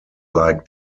like